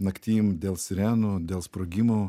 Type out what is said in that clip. naktim dėl sirenų dėl sprogimų